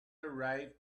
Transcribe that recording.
arrived